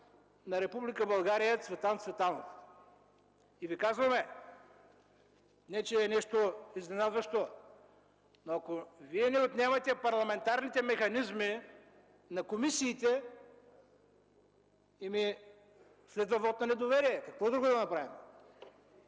България Цветан Цветанов. И да кажем, че не е нещо изненадващо. Ако Вие ни отнемете парламентарните механизми на комисиите, следва вот на недоверие. Какво друго да направим?!